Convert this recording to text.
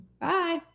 bye